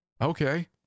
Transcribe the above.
Okay